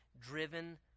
driven